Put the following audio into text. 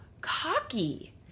cocky